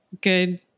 good